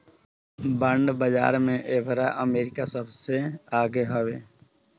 bond बाजार में एबेरा अमेरिका सबसे आगे हवे